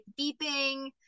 beeping